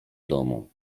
domu